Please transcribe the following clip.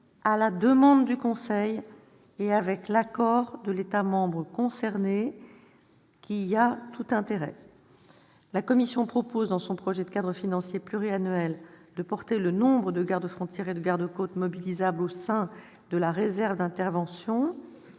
à la demande du Conseil et avec l'accord de l'État membre concerné qui y a tout intérêt. La Commission propose, dans son projet de cadre financier pluriannuel, de porter le nombre de gardes-frontières et de gardes-côtes mobilisable au sein de la réserve d'intervention